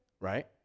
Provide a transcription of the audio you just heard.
right